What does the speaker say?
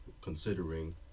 considering